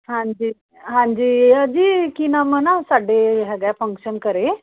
ਹਾਂਜੀ ਹਾਂਜੀ ਜੀ ਕੀ ਨਾਮ ਨਾ ਸਾਡੇ ਹੈਗਾ ਐ ਫ਼ੰਕਸ਼ਨ ਘਰੇ